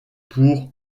pour